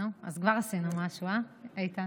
נו, אז כבר עשינו משהו, אה, איתן?